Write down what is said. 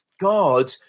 God